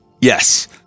yes